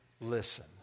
listen